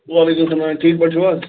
وعلیکُم سلام ٹھیٖک پٲٹھۍ چھِو حظ